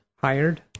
hired